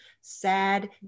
sad